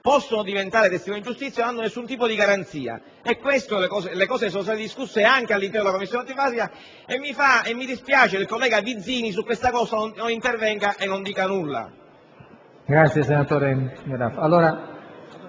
possono diventare testimoni di giustizia e non hanno alcun tipo di garanzia. Queste sono le cose che sono state discusse anche all'interno della Commissione antimafia e mi dispiace che il collega Vizzini sul punto non intervenga e non dica nulla.